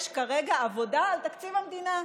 יש כרגע עבודה על תקציב המדינה?